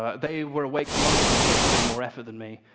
ah they were awake for longer than me and put in more effort than me,